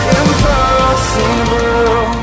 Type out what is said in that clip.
impossible